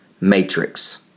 matrix